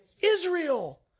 Israel